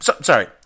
Sorry